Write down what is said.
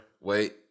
wait